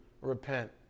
repent